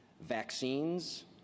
Vaccines